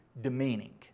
demeaning